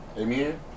Amen